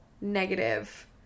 negative